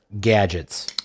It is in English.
gadgets